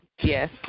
yes